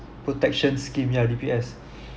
protection scheme yeah D_P_S